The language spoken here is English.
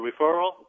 referral